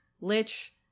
Lich